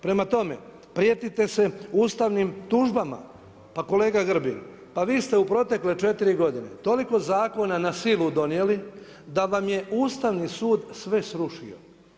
Prema tome, prijetite se ustavnim tužbama, pa kolega Grbin vi ste u protekle četiri godine toliko zakona na silu donijeli da vam je Ustavni sud sve srušio.